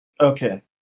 Okay